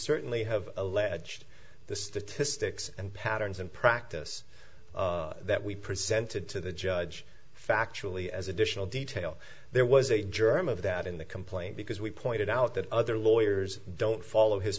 certainly have alleged the statistics and patterns and practice that we presented to the judge factually as additional detail there was a germ of that in the complaint because we pointed out that other lawyers don't